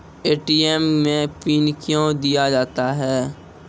ATM मे PIN कयो दिया जाता हैं?